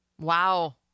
Wow